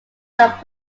that